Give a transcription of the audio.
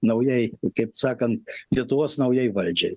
naujai kaip sakant lietuvos naujai valdžiai